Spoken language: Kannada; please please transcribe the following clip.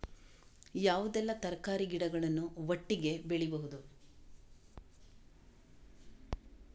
ಯಾವುದೆಲ್ಲ ತರಕಾರಿ ಗಿಡಗಳನ್ನು ಒಟ್ಟಿಗೆ ಬೆಳಿಬಹುದು?